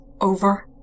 over